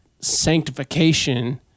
sanctification